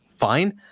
fine